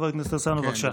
חבר הכנסת הרצנו, בבקשה.